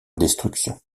destruction